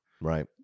Right